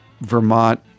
Vermont